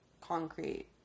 concrete